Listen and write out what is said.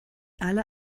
alle